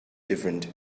different